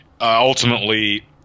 ultimately